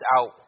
out